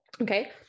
okay